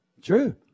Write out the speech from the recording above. true